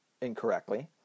incorrectly